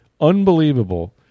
unbelievable